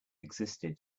existed